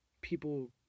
people